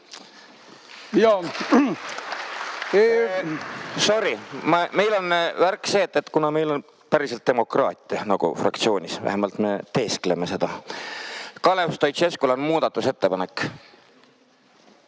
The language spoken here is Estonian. Sorri, meil on see värk, et kuna meil on päriselt demokraatia nagu fraktsioonis, vähemalt me teeskleme seda, siis Kalev Stoicescul on muudatusettepanek.